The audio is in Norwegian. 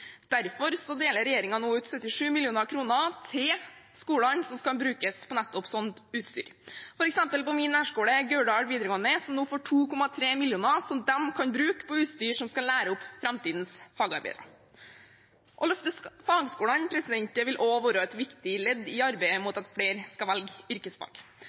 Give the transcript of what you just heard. Derfor deler regjeringen nå ut 77 mill. kr til skolene som skal brukes på nettopp sånt utstyr. For eksempel får min nærskole, Gauldal videregående, nå 2,3 mill. kr de kan bruke på utstyr som skal lære opp framtidens fagarbeidere. Å løfte fagskolene vil også være et viktig ledd i arbeidet for at flere skal velge yrkesfag.